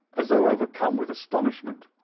as though overcome with astonishment,